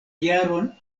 jaron